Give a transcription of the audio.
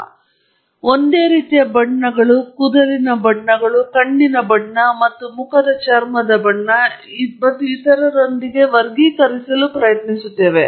ನಾವು ಒಂದೇ ರೀತಿಯ ಬಣ್ಣಗಳು ಕೂದಲಿನ ಬಣ್ಣಗಳು ಕಣ್ಣಿನ ಬಣ್ಣ ಮತ್ತು ಮುಖದ ಚರ್ಮದ ಬಣ್ಣ ಮತ್ತು ಇತರರೊಂದಿಗೆ ವರ್ಗೀಕರಿಸಲು ಪ್ರಯತ್ನಿಸುತ್ತೇವೆ